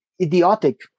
idiotic